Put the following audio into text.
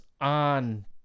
on